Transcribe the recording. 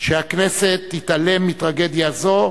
שהכנסת תתעלם מטרגדיה זו,